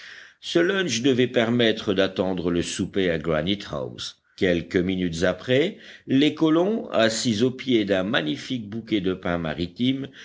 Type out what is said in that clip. ce lunch devait permettre d'attendre le souper à granite house quelques minutes après les colons assis au pied d'un magnifique bouquet de pins maritimes